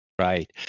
Right